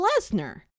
Lesnar